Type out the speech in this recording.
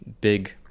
big